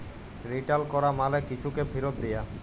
return ক্যরা মালে কিছুকে ফিরত দিয়া